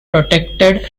protected